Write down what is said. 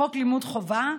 חוק לימוד חובה,